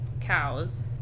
cows